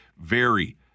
vary